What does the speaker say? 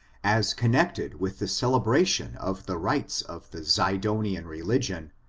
as connected with the celebra tion of the rites of the zidonian religion,